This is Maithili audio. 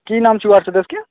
की नाम छियै वार्ड सदस्यके